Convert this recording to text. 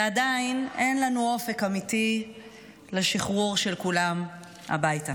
ועדיין אין לנו אופק אמיתי לשחרור של כולם הביתה.